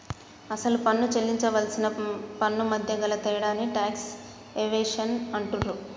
అసలు పన్ను సేల్లించవలసిన పన్నుమధ్య గల తేడాని టాక్స్ ఎవేషన్ అంటుండ్రు